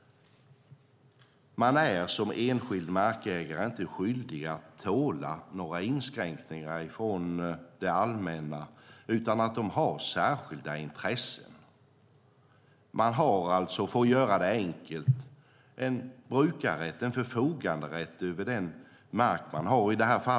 Man är som enskild markägare inte skyldig att tåla några inskränkningar från det allmänna. De har särskilda intressen. Man har alltså en brukarrätt och en förfoganderätt över den mark man har.